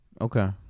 Okay